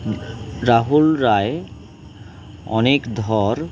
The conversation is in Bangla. রাহুল রায় অনিক ধর